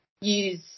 use